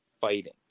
fighting